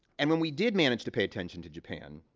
and when we did manage to pay attention to japan,